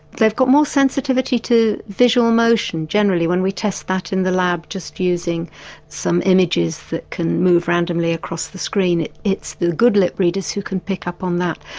they've got more sensitivity to visual motion generally when we test that in the lab just using some images that can move randomly across the screen, it's the good lip readers who can pick up on that.